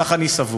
כך אני סבור.